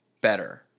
better